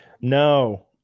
no